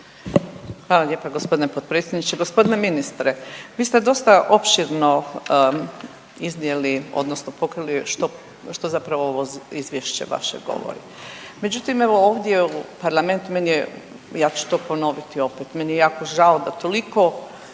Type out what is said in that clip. Hvala lijepa gospodine potpredsjedniče. Gospodine ministre, vi ste dosta opširno iznijeli, odnosno pokrili što zapravo ovo izvješće vaše govori. Međutim, evo ovdje, parlament meni je, ja ću to ponoviti opet. Meni je jako žao da toliko